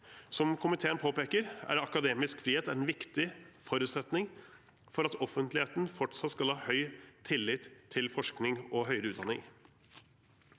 Som komiteen påpeker, er akademisk frihet en viktig forutsetning for at offentligheten fortsatt skal ha høy tillit til forskning og høyere utdanning.